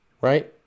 Right